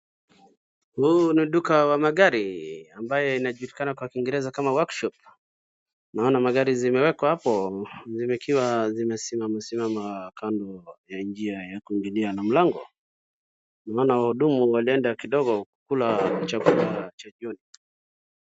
Huu ni duka wa magari, ambaye inajulikana kwa Kiingereza kama workshop. Naona magari zimewekwa hapo, zimekuwa zimesimama simama kando ya njia ya kuingilia na mlango. Naona wahudumu walienda kidogo kukula chakula cha jioni.